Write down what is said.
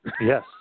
Yes